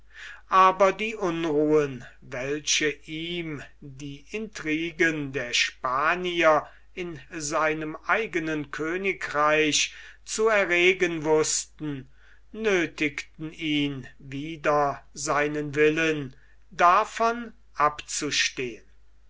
aber die unruhen welche ihm die intriguen der spanier in seinem eigenen königreich zu erregen wußten nöthigten ihn wider seinen willen davon abzustehen